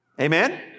Amen